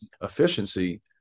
efficiency